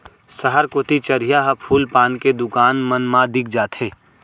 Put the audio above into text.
सहर कोती चरिहा ह फूल पान के दुकान मन मा दिख जाथे